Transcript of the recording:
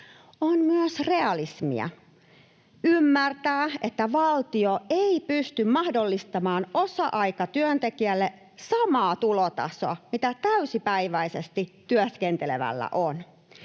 On myös realismia ymmärtää, että valtio ei pysty mahdollistamaan osa-aikatyöntekijälle samaa tulotasoa kuin täysipäiväisesti työskentelevällä on.